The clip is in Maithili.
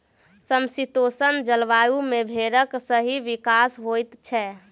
समशीतोष्ण जलवायु मे भेंड़क सही विकास होइत छै